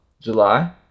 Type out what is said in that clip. July